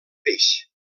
peix